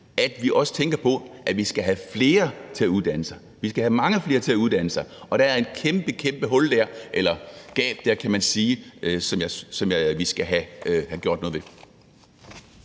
– også tænker på, at vi skal have flere til at uddanne sig. Vi skal have mange flere til at uddanne sig, og der er et kæmpe, kæmpe gab der, som vi skal have gjort noget ved.